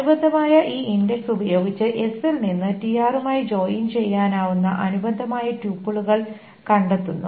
അനുബന്ധമായ ഈ ഇൻഡെക്സ് ഉപയോഗിച്ച് s ൽ നിന്ന് tr മായി ജോയിൻ ചെയ്യാനാവുന്ന അനുബന്ധമായ ട്യൂപ്പിളുകൾ കണ്ടെത്തുന്നു